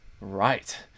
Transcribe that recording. Right